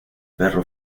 perro